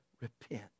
repent